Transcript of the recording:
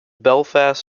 belfast